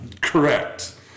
correct